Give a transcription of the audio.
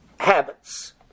habits